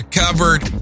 covered